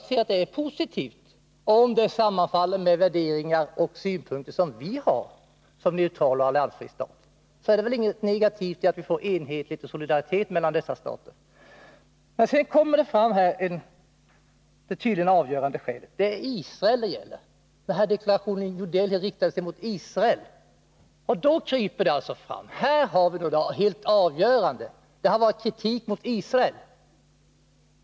Om ståndpunkterna sammanfaller med värderingar och synpunkter som vi har som neutral och alliansfri stat, är det väl inget negativt med att man kan åstadkomma enhetlighet och solidaritet mellan dessa stater. Sedan kommer det tydligen avgörande skälet fram. Det är Israel det gäller. Deklarationen i New Delhi riktade sig mot Israel. Här kryper det helt avgörande fram: Israel har utsatts för kritik.